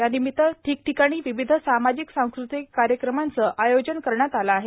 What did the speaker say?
यानिमित्त ठिकठिकाणी विविध सामाजिक सांस्कृतिक कार्यक्रमाचं आयोजन करण्यात आलं आहे